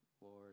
Lord